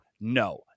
no